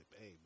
hey